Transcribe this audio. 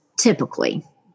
typically